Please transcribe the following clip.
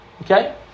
Okay